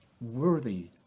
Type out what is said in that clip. worthy